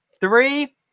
Three